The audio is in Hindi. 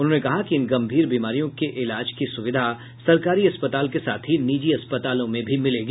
उन्होंने कहा कि इन गम्भीर बीमारियों के इलाज की सुविधा सरकारी अस्पताल के साथ ही निजी अस्पतालों में भी मिलेगी